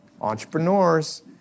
Entrepreneurs